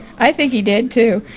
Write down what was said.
i think he did, too.